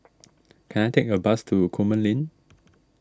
can I take a bus to Coleman Lane